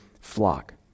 flock